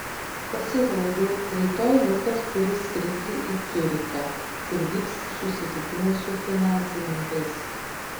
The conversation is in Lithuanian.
pasirodo rytoj lukas turi skristi į ciurichą kur vyks susitikimai su finansininkais